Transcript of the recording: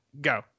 go